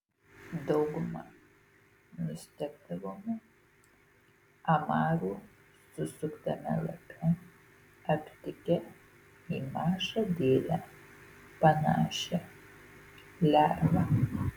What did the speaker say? dauguma nustebdavome amarų susuktame lape aptikę į mažą dėlę panašią lervą